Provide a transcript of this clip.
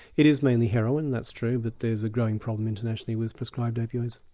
it is mainly heroin that's true but there's a growing problem internationally with prescribed opioids.